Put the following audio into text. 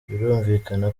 birumvikana